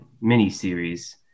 mini-series